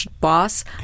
boss